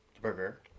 Burger